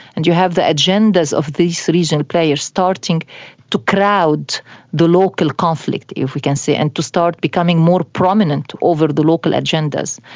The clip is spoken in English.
and you have the agendas of these regional players starting to crowd the local conflict if we can say and to start becoming more prominent over the local agendas,